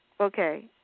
Okay